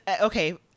okay